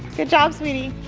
good job, sweetie.